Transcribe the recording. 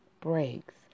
breaks